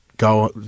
go